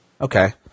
Okay